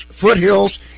Foothills